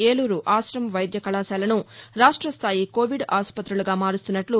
ఏలూరు ఆశ్రమ్ వైద్య కళాశాలను రాష్ట స్థాయి కోవిడ్ ఆసుపత్రులుగా మారుస్తున్నట్లు